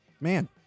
Man